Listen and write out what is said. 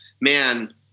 man